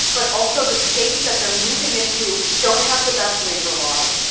but also the states that they're moving into don't have the best labor laws.